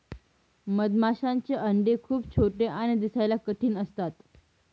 मधमाशांचे अंडे खूप छोटे आणि दिसायला कठीण असतात